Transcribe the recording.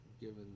given